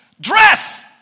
dress